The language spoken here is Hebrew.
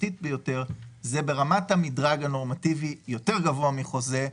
זה ברמת המדרג הנורמטיבי יותר גבוה מחוזה,